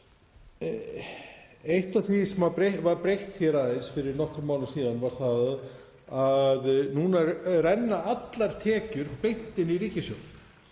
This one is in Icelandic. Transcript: Eitt af því sem var breytt aðeins fyrir nokkrum árum síðan var að það renna allar tekjur beint inn í ríkissjóð